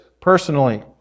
personally